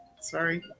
Sorry